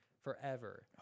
forever